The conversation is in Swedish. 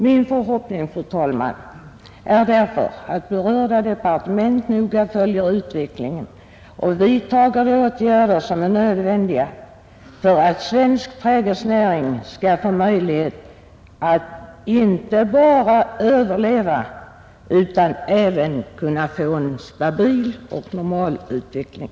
Min förhoppning, fru talman, är därför att berörda departement noga följer utvecklingen och vidtager de åtgärder som är nödvändiga för att svensk trädgårdsnäring skall ha möjligheter att inte bara överleva utan även få en stabil och normal utveckling.